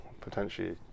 potentially